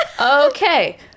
Okay